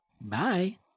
Bye